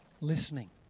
listening